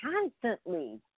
constantly